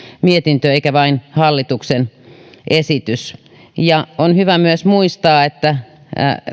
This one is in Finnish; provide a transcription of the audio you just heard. mietintö eikä vain hallituksen esitys ja on hyvä myös muistaa että